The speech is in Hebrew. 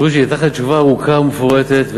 בוז'י, נתתי לך תשובה ארוכה ומפורטת.